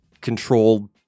control